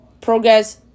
Progress